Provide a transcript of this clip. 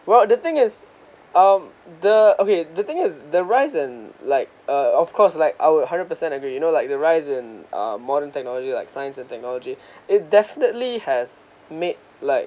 well the thing is um the okay the thing is the rise and like uh of course like our hundred percent agree you know like the rise in uh modern technology like science and technology it definitely has made like